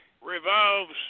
revolves